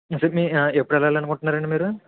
అంటే మీ ఎప్పుడు వెళ్ళాలి అనుకుంటున్నారు అండి మీరు